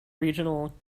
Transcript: regional